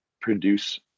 produce